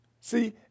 See